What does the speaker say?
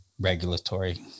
regulatory